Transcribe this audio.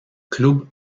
club